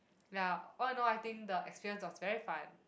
ya all in all I think the experience was very fun